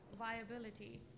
Viability